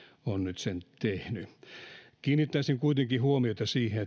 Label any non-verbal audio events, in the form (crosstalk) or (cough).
on nyt sen tehnyt kiinnittäisin kuitenkin huomiota siihen (unintelligible)